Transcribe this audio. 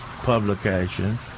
publication